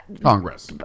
Congress